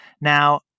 Now